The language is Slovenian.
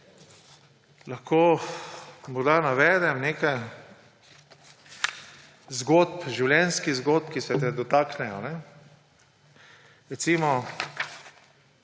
lahko morda navedem nekaj zgodb, življenjskih zgodb, ki se te dotaknejo. Recimo